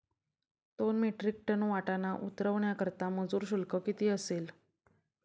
दोन metric ton वाटाणा उतरवण्याकरता मजूर शुल्क किती असेल?